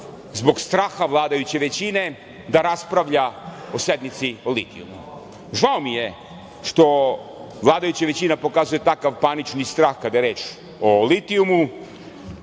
zbog straha vladajuće većine da raspravlja o sednici o litijumu. Žao mi je što vladajuća većina pokazuje takav panični strah kada je reč o litijumu.